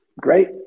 Great